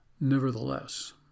nevertheless